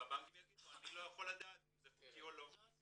והבנקים יגידו "אני לא יכול לדעת אם זה חוקי או לא".